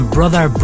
Brother